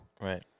Right